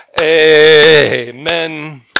Amen